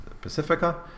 Pacifica